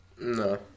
No